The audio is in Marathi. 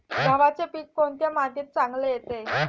गव्हाचे पीक कोणत्या मातीत चांगले येते?